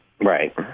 Right